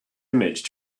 image